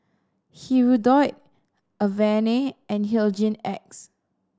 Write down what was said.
Hirudoid Avene and Hygin X